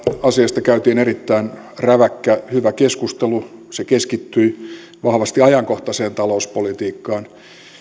asiasta käytiin erittäin räväkkä hyvä keskustelu se keskittyi vahvasti ajankohtaiseen talouspolitiikkaan